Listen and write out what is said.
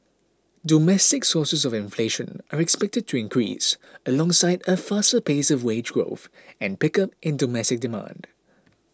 domestic sources of inflation are expected to increase alongside a faster pace of wage growth and pickup in domestic demand